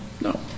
No